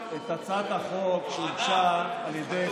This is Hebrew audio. אתה לא חסמת מספיק זמן, בגלל זה קיבלת רק סגן שר.